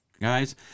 guys